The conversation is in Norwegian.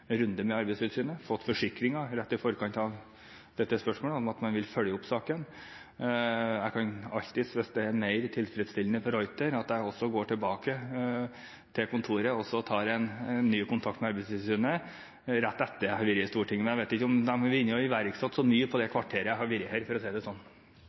runde med Arbeidstilsynet, fått forsikringer rett i forkant av dette spørsmålet om at man vil følge opp saken. Jeg kan alltids – hvis det er mer tilfredsstillende for de Ruiter – gå tilbake til kontoret og ta ny kontakt med Arbeidstilsynet rett etter at jeg har vært i Stortinget, men jeg vet ikke om de har rukket å iverksette så mye på det kvarteret jeg har vært her, for å si det